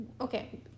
okay